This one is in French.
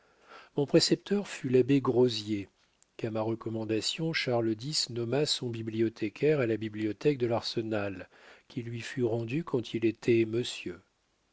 mon précepteur fut l'abbé grozier qu'à ma recommandation charles x nomma son bibliothécaire à la bibliothèque de l'arsenal qui lui fut rendue quand il était monsieur